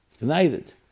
united